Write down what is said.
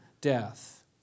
death